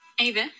Ava